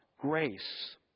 grace